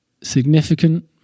significant